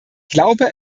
glaube